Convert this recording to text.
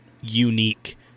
unique